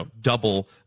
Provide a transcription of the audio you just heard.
double